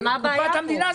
מה הבעיה כאן?